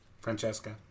Francesca